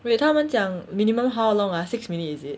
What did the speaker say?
wait 他们讲 minimum how long ah six minute is it